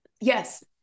Yes